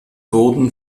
wurden